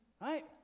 right